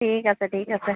ঠিক আছে ঠিক আছে